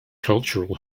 cultural